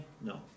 no